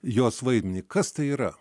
jos vaidmenį kas tai yra